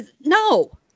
no